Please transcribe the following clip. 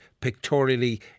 pictorially